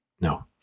No